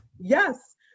Yes